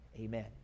amen